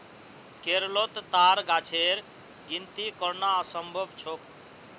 केरलोत ताड़ गाछेर गिनिती करना असम्भव छोक